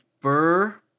Burr